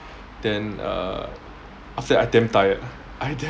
then um after that I damn tired I damn